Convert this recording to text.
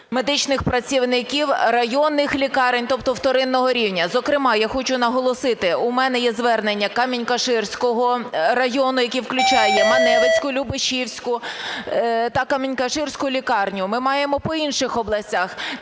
медичних працівників районних лікарень, тобто вторинного рівня. Зокрема, я хочу наголосити, у мене є звернення Камінь-Каширського району, який включає Маневицьку, Любашівську та Камінь-Каширську лікарні. Ми маємо по інших областях.